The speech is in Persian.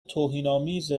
توهینآمیز